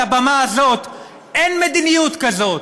על הבמה הזאת: אין מדיניות כזאת.